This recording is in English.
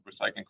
recycling